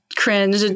cringe